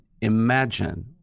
imagine